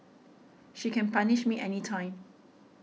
she can punish me anytime